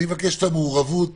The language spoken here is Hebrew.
אני אבקש את המעורבות